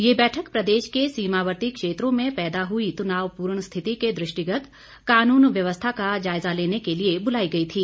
ये बैठक प्रदेश के सीमावर्ती क्षेत्रों में पैदा हुई तनावपूर्ण स्थिति के दृष्टिगत कानून व्यवस्था का जायजा लेने के लिए बुलाई गई थी